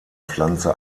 pflanze